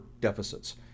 deficits